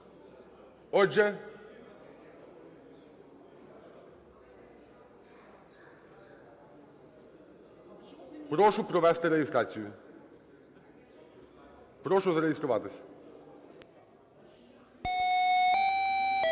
так? Прошу провести реєстрацію. Прошу зареєструватись